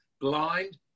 blind